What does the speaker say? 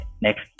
next